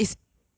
copy us